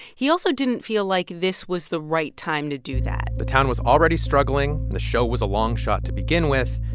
he also didn't feel like this was the right time to do that the but town was already struggling. the show was a long shot to begin with.